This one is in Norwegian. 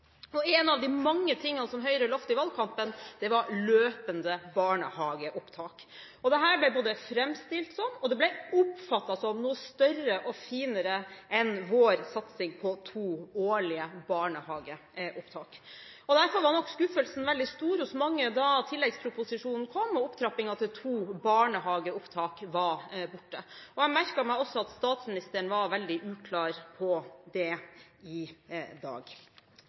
behandling. En av de mange tingene som Høyre lovet i valgkampen, var løpende barnehageopptak. Dette ble både framstilt som og oppfattet som noe større og finere enn vår satsing på to årlige barnehageopptak. Derfor var nok skuffelsen veldig stor hos mange da tilleggsproposisjonen kom og opptrappingen til to barnehageopptak i året var borte, og jeg merket meg også at statsministeren var veldig uklar på dette i dag.